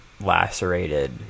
lacerated